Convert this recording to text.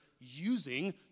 using